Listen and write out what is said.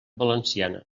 valenciana